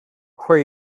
where